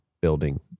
building